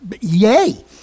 yay